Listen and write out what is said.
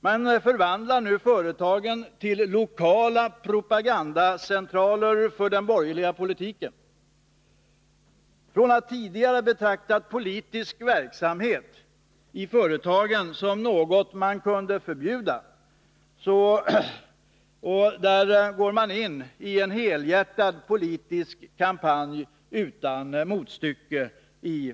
Man förvandlar nu företagen till lokala propagandacentraler för den borgerliga politiken. Från att tidigare ha betraktat politisk verksamhet i företagen som något man kunde förbjuda går man nu i företagen in i en helhjärtad politisk kampanj utan motstycke.